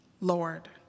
Lord